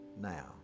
now